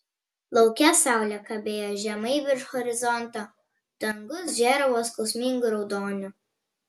lauke saulė kabėjo žemai virš horizonto dangus žėravo skausmingu raudoniu